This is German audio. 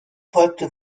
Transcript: folgte